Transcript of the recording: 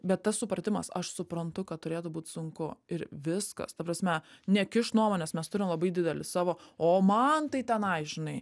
bet tas supratimas aš suprantu kad turėtų būt sunku ir viskas ta prasme nekišt nuomonės mes turim labai didelį savo o man tai tenai žinai